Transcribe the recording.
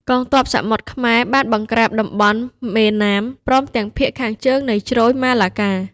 កងទ័ពសមុទ្រ ខ្មែរ បានបង្ក្រាបតំបន់មេណាម ព្រមទាំងភាគខាងជើងនៃជ្រោយម៉ាឡាកា។